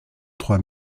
trois